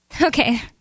Okay